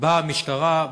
באה המשטרה,